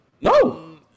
No